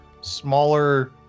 smaller